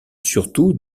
surtout